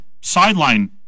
sideline